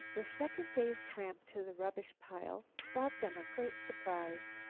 the second day's tramp to the rubbish pile brought them a great surprise.